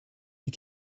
you